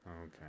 Okay